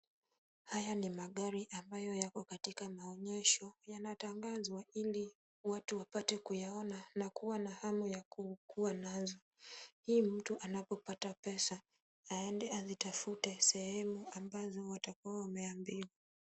Haya ni magari ambayo yako katika maonyesho na matangazo ili watu wapate kuyaona na kuwa na hamu ya kuwa nayo ili mtu anapopata pesa aende azitafute sehemu ambazo watakuwa wameambiwa.